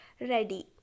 ready